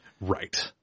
right